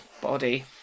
body